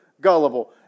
gullible